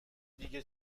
دیگه